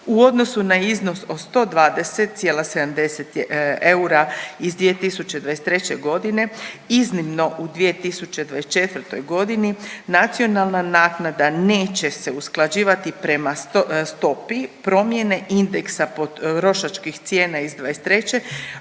u odnosu na iznos od 120,70 eura iz 2023.g., iznimno u 2024.g. nacionalna naknada neće se usklađivati prema stopi promjene indeksa potrošačkih cijena iz '23. u odnosu